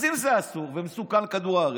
אז אם זה אסור ומסוכן לכדור הארץ,